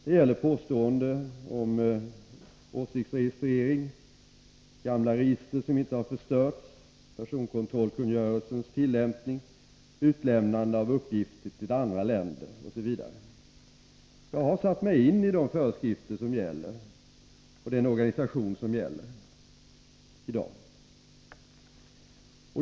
Det gäller påståendena om åsiktsregistrering, gamla register som inte har förstörts, personkontrollkungörelsens tillämpning, utlämnande av uppgifter till andra länder, osv. Jag har satt mig in i de föreskrifter och den organisation som gäller i dag.